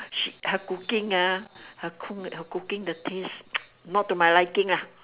she her cooking ah her cook her cooking the taste not to my liking lah